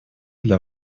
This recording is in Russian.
для